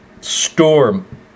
storm